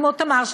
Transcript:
כמו תמר,